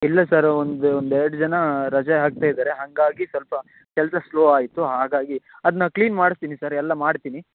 ಇಲ್ಲ ಸರ್ ಒಂದು ಒಂದು ಎರಡು ಜನ ರಜೆ ಹಾಕ್ತ ಇದ್ದಾರೆ ಹಾಗಾಗಿ ಸ್ವಲ್ಪ ಕೆಲಸ ಸ್ಲೋ ಆಯಿತು ಹಾಗಾಗಿ ಅದು ನಾನು ಕ್ಲೀನ್ ಮಾಡಿಸ್ತೀನಿ ಸರ್ ಎಲ್ಲ ಮಾಡ್ತೀನಿ